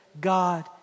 God